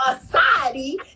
society